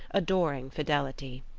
adoring fidelity.